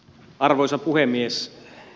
arvoisa puhemies